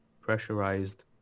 pressurized